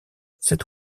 cet